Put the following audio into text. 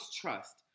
trust